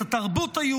את התרבות היהודית,